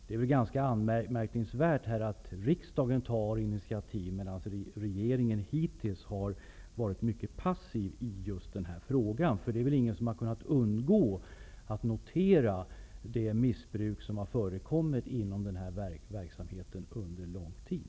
Det är ganska anmärkningsvärt att riksdagen tar initiativ, medan regeringen hittills har varit mycket passiv i just den här frågan. Ingen har kunnat undgå att notera det missbruk som har förekommit inom den här verksamheten under lång tid.